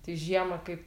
tai žiema kaip